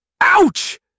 Ouch